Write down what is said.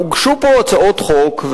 הוגשו פה הצעות חוק,